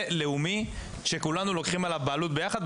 לאומי שכולנו לוקחים עליו בעלות ביחד.